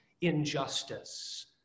injustice